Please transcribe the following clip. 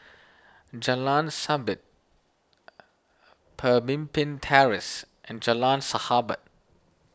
Jalan Sabit Pemimpin Terrace and Jalan Sahabat